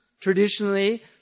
traditionally